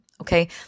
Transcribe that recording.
okay